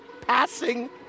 passing